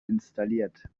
installiert